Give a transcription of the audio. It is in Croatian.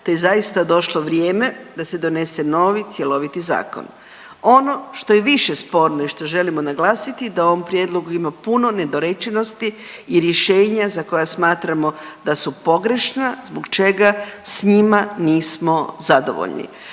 te je zaista došlo vrijeme da se donese novi cjeloviti zakon. Ono što je više sporno i što želimo naglasiti da u ovom prijedlogu ima puno nedorečenosti i rješenja za koja smatramo da su pogrešna zbog čega s njima nismo zadovoljni.